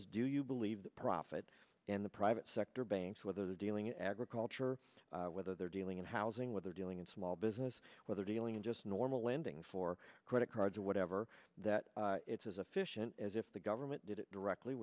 is do you believe that profit in the private sector banks whether they're dealing agriculture whether they're dealing in housing whether dealing in small business whether dealing in just normal lending for credit cards or whatever that it's as efficient as if the government did it directly